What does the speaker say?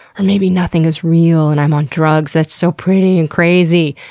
or maybe nothing is real, and i'm on drugs that's so pretty and crazy!